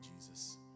Jesus